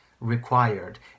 required